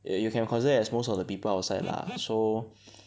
you you can consider as most of the people outside lah so